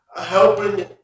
helping